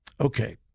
Okay